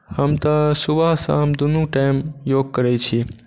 हम तऽ सुबह शाम दुनू टाइम योग करैत छी